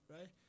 Right